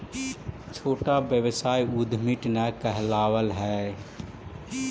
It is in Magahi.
छोटा व्यवसाय उद्यमीट न कहलावऽ हई